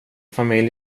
familj